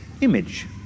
image